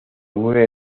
nueve